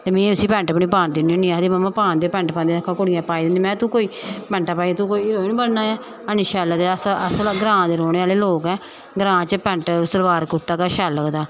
ते में उसी पैंट बी निं पान दिन्नी होन्नी ते आखदी पान दे पैंट आक्खा दी ही कुड़ियें पाई दी होंदी महां तूं कोई पैंटां पाइयै तूं कोई हिरोइन बनना ऐ ऐनी शैल लगदे अस अस ग्रां दे रौह्नें आह्ले लोग ऐ ग्रां च पैंट सलवार कुर्ता गै शैल लगदा